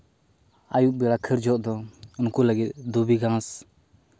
ᱟᱹᱭᱩᱵᱽ ᱵᱮᱲᱟ ᱠᱷᱟᱹᱲ ᱡᱚᱠᱷᱮᱡ ᱫᱚ ᱩᱱᱠᱩ ᱞᱟᱹᱜᱤᱫ ᱫᱷᱩᱵᱤ ᱜᱷᱟᱸᱥ